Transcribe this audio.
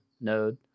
node